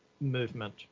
movement